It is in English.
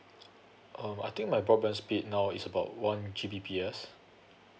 um I think my broadband speed now is about one G_B_P_S